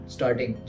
starting